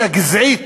הגזעית,